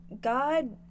God